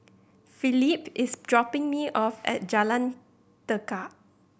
Felipe is dropping me off at Jalan Tekad